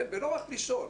ולא רק לישון,